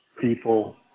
people